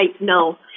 no